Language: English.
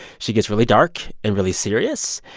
she gets really dark and really serious.